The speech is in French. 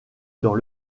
dans